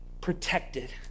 protected